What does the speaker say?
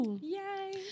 Yay